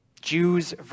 Jews